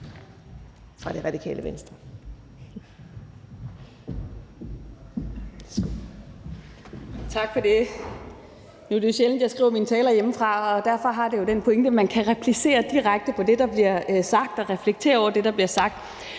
får det Radikale Venstre